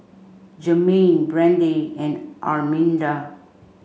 Jermaine Brande and Arminda